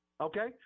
okay